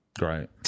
right